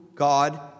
God